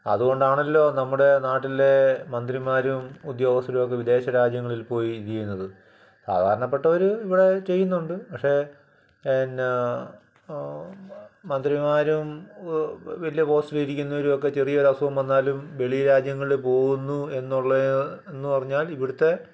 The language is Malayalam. അതുകൊണ്ടാണല്ലോ നമ്മുടെ നാട്ടിലെ മന്ത്രിമാരും ഉദ്യോഗസ്ഥരുമൊക്കെ വിദേശരാജ്യങ്ങളിൽ പോയി ഇത് ചെയ്യുന്നത് സാധാരണപ്പെട്ടവര് ഇവിടെ ചെയ്യുന്നുണ്ട് പക്ഷേ പിന്ന മന്ത്രിമാരും വലിയ പോസ്റ്റിലിരിക്കുന്നവരുമൊക്കെ ചെറിയൊരസുഖം വന്നാലും വെളീ രാജ്യങ്ങളിൽ പോകുന്നു എന്നുള്ള എന്നു പറഞ്ഞാൽ ഇവിടുത്തെ